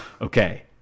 Okay